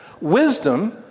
Wisdom